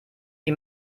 wie